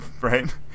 Right